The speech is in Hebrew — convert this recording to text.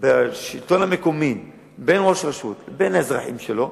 בשלטון המקומי בין ראש רשות לבין האזרחים שלו,